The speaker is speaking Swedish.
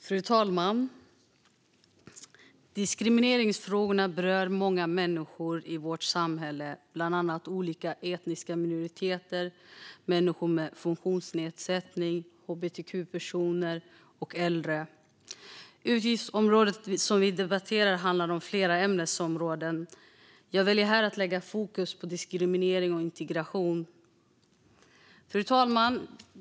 Fru talman! Diskrimineringsfrågorna berör många människor i vårt samhälle, bland annat olika etniska minoriteter, människor med funktionsnedsättning, hbtq-personer och äldre. Utgiftsområdet som vi debatterar handlar om flera ämnesområden. Jag väljer här att lägga fokus på diskriminering och integration. Fru talman!